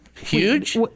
Huge